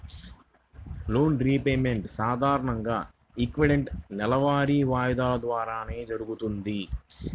loan repayment సాధారణంగా equated నెలవారీ వాయిదాల ద్వారానే జరుగుతది